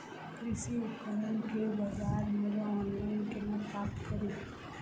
कृषि उपकरण केँ बजार मूल्य ऑनलाइन केना प्राप्त कड़ी?